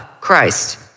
Christ